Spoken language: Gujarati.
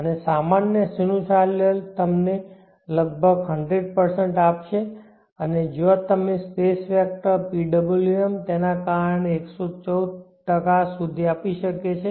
અને સામાન્ય સિનુસાઇડલ તમને લગભગ 100 આપશે અને જ્યાં સ્પેસ વેક્ટર PWM તેના કારણે 114 સુધી આપી શકે છે